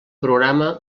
programa